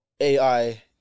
AI